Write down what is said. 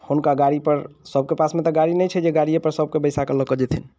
हुनका गाड़ी पर सबके पासमे तऽ गाड़ी नहि छै जे गाड़िए पर सबके बैसाके लऽ के जयथिन